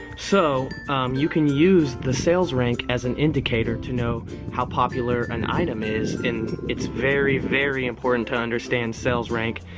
so you can use the sales rank as an indicator to know how popular an item is and it's very, very important to understand sales rank.